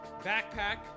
backpack